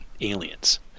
aliens